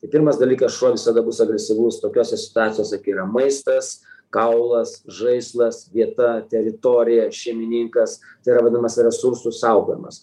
tai pirmas dalykas šuo visada bus agresyvus tokiose situacijose kai yra maistas kaulas žaislas vieta teritorija šeimininkas tai yra vadinamas resursų saugojimas